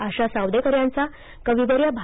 आशा सावदेकर यांचा कविवर्य भा